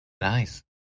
Nice